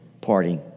party